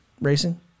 racing